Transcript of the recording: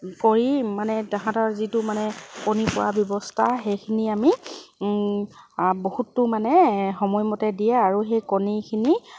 কৰিম মানে তাহাঁতৰ যিটো মানে কণী পৰা ব্যৱস্থা সেইখিনি আমি বহুতো মানে সময়মতে দিয়ে আৰু সেই কণীখিনি